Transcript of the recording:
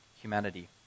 humanity